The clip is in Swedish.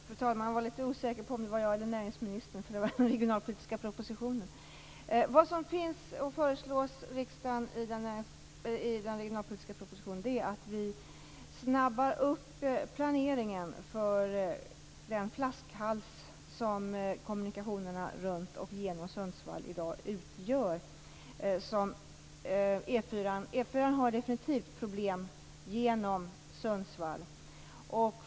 Fru talman! Jag blev litet osäker på om det är jag eller näringsministern som skall svara. Det rör ju den regionalpolitiska propositionen. Vad som föreslås riksdagen i den regionalpolitiska propositionen är en uppsnabbning av planeringen vad gäller den flaskhals som kommunikationerna runt och genom Sundsvall i dag utgör. Beträffande E 4 är det definitivt problem på sträckan genom Sundsvall.